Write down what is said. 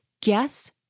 Guess